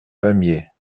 pamiers